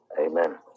Amen